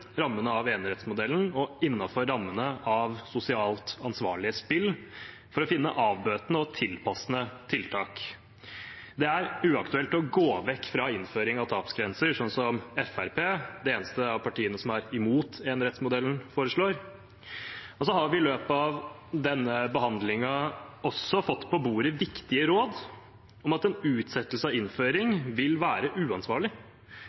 rammene av enerettsmodellen og innenfor rammene av sosialt ansvarlige spill for å finne avbøtende og tilpassede tiltak. Det er uaktuelt å gå vekk fra innføringen av tapsgrenser, som Fremskrittspartiet, det eneste av partiene som er imot enerettsmodellen, foreslår. Vi har i løpet av denne behandlingen også fått på bordet viktige råd om at en utsettelse av innføring vil være uansvarlig.